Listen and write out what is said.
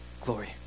glory